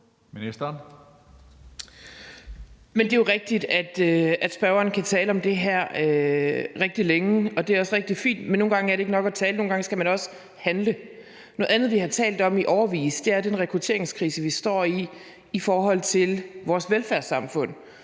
Det er jo rigtigt, at spørgeren kan tale om det her rigtig længe, og det er også rigtig fint. Men nogle gange er det ikke nok at tale; nogle gange skal man også handle. Noget andet, vi har talt om i årevis, er den rekrutteringskrise, vi står i i forhold til vores velfærdssamfund.